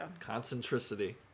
Concentricity